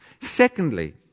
Secondly